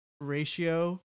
ratio